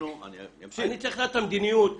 אני צריך מדיניות.